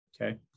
okay